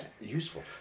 Useful